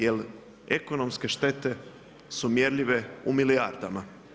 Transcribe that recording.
Jer ekonomske štete su mjerljive u milijardama.